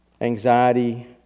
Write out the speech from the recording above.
anxiety